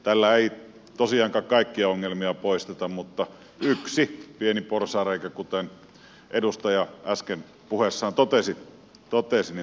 tällä ei tosiaankaan kaikkia ongelmia poisteta mutta yksi pieni porsaanreikä kuten edustaja äsken puheessaan totesi saadaan tukittua